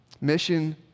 Mission